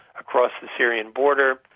across the syrian border,